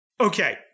Okay